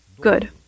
good